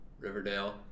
Riverdale